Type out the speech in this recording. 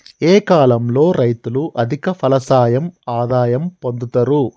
ఏ కాలం లో రైతులు అధిక ఫలసాయం ఆదాయం పొందుతరు?